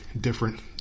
different